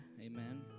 Amen